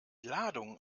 ladung